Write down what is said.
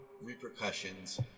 repercussions